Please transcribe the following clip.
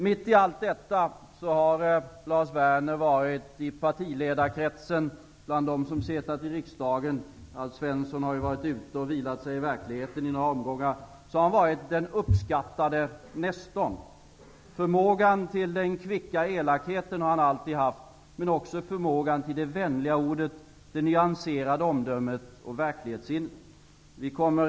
Mitt i allt detta har Lars Werner i partiledarkretsen och bland dem som suttit i riksdagen -- Alf Svensson har ju varit ute och vilat sig i verkligheten i några omgångar -- varit den uppskattade nestorn. Han har alltid haft förmågan till den kvicka elakheten, men också förmågan till det vänliga ordet, det nyanserade omdömet och verklighetssinnet.